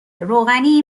روغنی